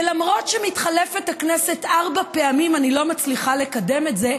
ולמרות שמתחלפת הכנסת ארבע פעמים אני לא מצליחה לקדם את זה,